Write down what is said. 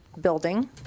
building